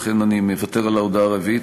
לכן אני מוותר על ההודעה הרביעית,